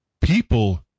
people